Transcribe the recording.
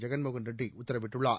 ஜெகன்மோகன் ரெட்டி உத்தரவிட்டுள்ளார்